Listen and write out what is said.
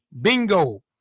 bingo